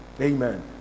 Amen